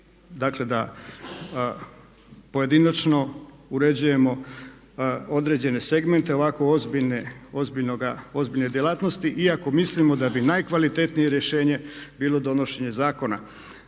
dakle da pojedinačno uređujemo određene segmente ovako ozbiljne djelatnosti iako mislimo da bi najkvalitetnije rješenje bilo donošenje zakona,